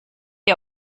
ihr